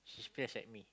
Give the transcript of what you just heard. she splash at me